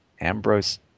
Ambrose